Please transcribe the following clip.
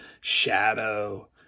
shadow